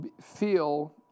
feel